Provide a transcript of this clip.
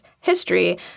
history